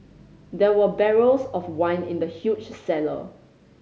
there were barrels of wine in the huge cellar